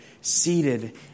seated